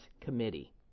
committee